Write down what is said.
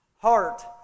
heart